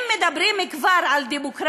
אם כבר מדברים על דמוקרטיה,